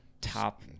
top